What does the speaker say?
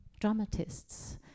dramatists